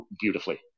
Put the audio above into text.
beautifully